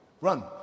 Run